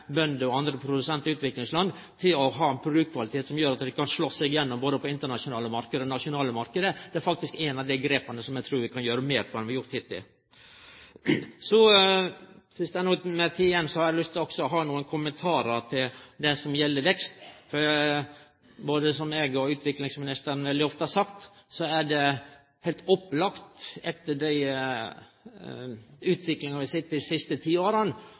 bønder og andre produsentar i utviklingsland slik at dei kan ha ein produktkvalitet som gjer at dei kan slå gjennom både på den internasjonale og den nasjonale marknaden, er faktisk eit av dei grepa eg trur vi kan gjere meir av enn vi har gjort hittil. Dersom det er noka tid igjen, har eg lyst til å kome med nokre kommentarar til det som gjeld vekst. Som både eg og utviklingsministeren veldig ofte har sagt, er det heilt opplagt, etter den utviklinga vi har sett dei siste ti åra,